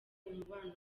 umubano